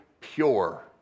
pure